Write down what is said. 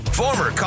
former